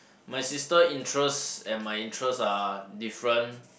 my sister interest and my interest are different